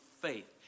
faith